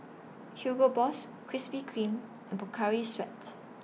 Hugo Boss Krispy Kreme and Pocari Sweat